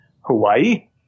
Hawaii